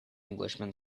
englishman